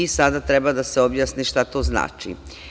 Sada treba da se objasni šta to znači.